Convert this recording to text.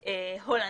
והולנד,